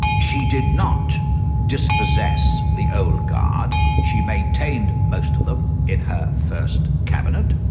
she did not dispossess the old guard, she maintained most of them in her first cabinet.